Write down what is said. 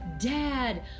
Dad